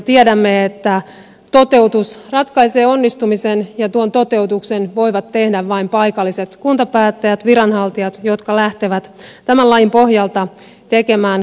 tiedämme että toteutus ratkaisee onnistumisen ja tuon toteutuksen voivat tehdä vain paikalliset kuntapäättäjät viranhaltijat jotka lähtevät tämän lain pohjalta tekemään kuntaliitosselvityksiä